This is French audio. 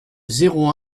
zéro